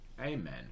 Amen